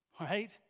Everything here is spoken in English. Right